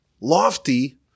lofty